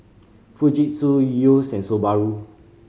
Fujitsu Yeo's and Subaru